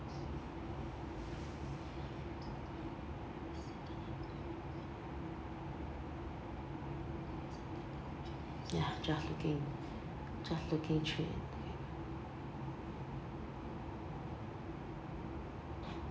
ya just looking just looking through it